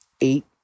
eight